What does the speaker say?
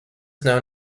known